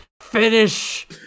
finish